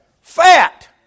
Fat